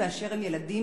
באשר הם ילדים,